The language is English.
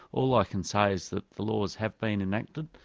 all i can say is that the laws have been enacted,